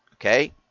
okay